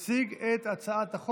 אנחנו נוסיף: תשעה בעד.